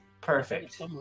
Perfect